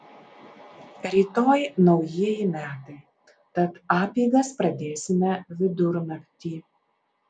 rytoj naujieji metai tad apeigas pradėsime vidurnaktį